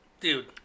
Dude